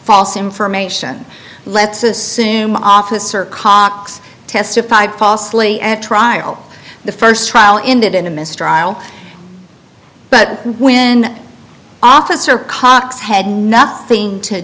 false information let's assume officer cox testified falsely at trial the first trial ended in a mistrial but when officer cox had nothing to